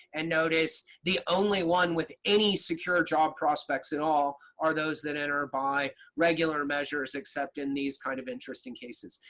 and notice the only one with any secure job prospects at all are those that enter by regular measures, except in these kind of interesting cases.